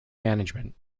management